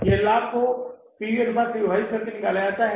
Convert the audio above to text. यह लाभ को पी वी अनुपात से विभाजित करके निकला जाता है